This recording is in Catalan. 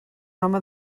home